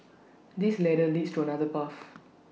this ladder leads to another path